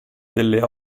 delle